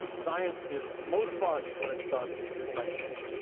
science is most fun when it is done collectively.